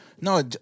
no